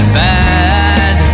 bad